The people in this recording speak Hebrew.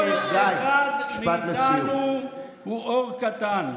כל אחד מאיתנו הוא אור קטן,